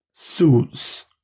suits